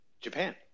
Japan